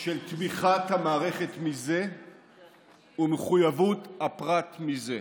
של תמיכת המערכת מזה ושל מחויבות הפרט מזה,